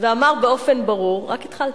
ואמר באופן ברור, רק התחלתי,